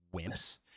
wimps